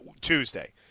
Tuesday